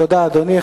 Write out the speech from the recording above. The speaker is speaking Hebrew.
תודה, אדוני.